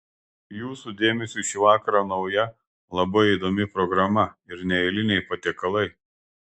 jūsų dėmesiui šį vakarą nauja labai įdomi programa ir neeiliniai patiekalai